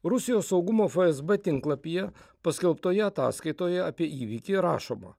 rusijos saugumo čsb tinklapyje paskelbtoje ataskaitoje apie įvykį rašoma